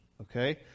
Okay